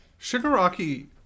Shigaraki